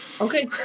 Okay